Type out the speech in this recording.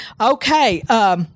Okay